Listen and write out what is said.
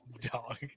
Dog